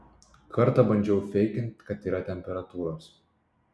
kartą bandžiau feikint kad yra temperatūros